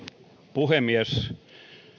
puhemies